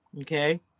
Okay